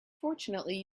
fortunately